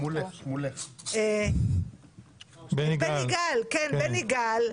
בני גל,